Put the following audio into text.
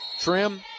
trim